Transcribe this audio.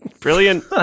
Brilliant